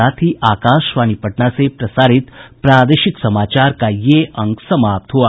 इसके साथ ही आकाशवाणी पटना से प्रसारित प्रादेशिक समाचार का ये अंक समाप्त हुआ